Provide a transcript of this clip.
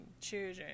children